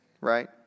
right